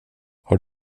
har